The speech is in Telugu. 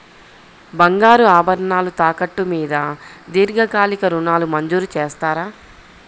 బంగారు ఆభరణాలు తాకట్టు మీద దీర్ఘకాలిక ఋణాలు మంజూరు చేస్తారా?